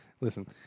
Listen